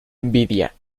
envidia